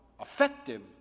effective